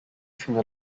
fino